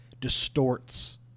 distorts